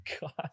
God